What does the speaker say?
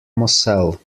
moselle